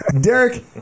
Derek